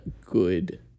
good